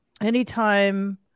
anytime